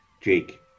Jake